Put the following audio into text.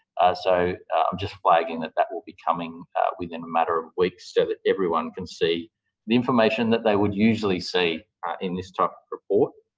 so, i'm just flagging that that will be coming within a matter of weeks so that everyone can see the information that they would usually see in this type of report.